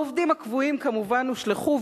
העובדים הקבועים כמובן הושלכו,